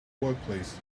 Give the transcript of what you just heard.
workplace